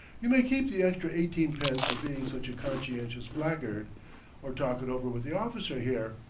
you may keep the extra eighteen pence, for being such a conscientious blackguard or talk it over with the officer here.